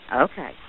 Okay